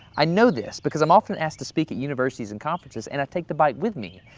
i know this because i'm often asked to speak at universities and conferences and i take the bike with me.